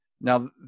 Now